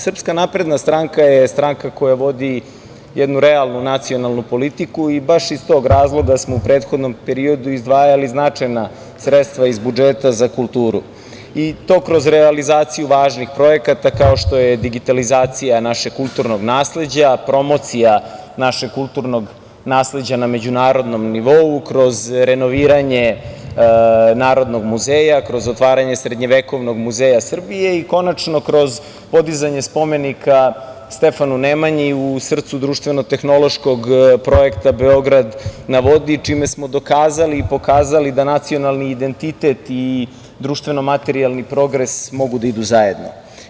Srpska napredna stranka je stranka koja vodi jednu realnu nacionalnu politiku i baš iz tog razloga smo u prethodnom periodu izdvajali značajna sredstva iz budžeta za kulturu, i to kroz realizaciju važnih projekata, kao što je digitalizacija našeg kulturnog nasleđa, promocija našeg kulturnog nasleđa na međunarodnom nivou, kroz renoviranje Narodnog muzeja, kroz otvaranje Srednjevekovnog muzeja Srbije i, konačno, kroz podizanje spomenika Stefanu Nemanji u srcu društveno-tehnološkog projekta "Beograd na vodi", čime smo dokazali i pokazali da nacionalni identitet i društveno-materijalni progres mogu da idu zajedno.